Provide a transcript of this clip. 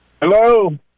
Hello